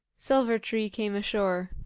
silver-tree came ashore.